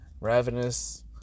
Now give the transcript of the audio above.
ravenous